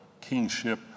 kingship